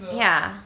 ya